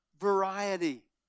variety